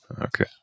Okay